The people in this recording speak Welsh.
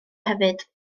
hefyd